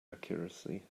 accuracy